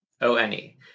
O-N-E